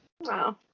wow